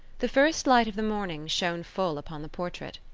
the first light of the morning shone full upon the portrait,